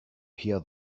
hear